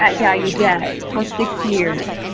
at gallaudet for six years.